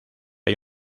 hay